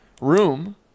room